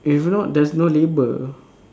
if not there's no labour